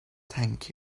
thank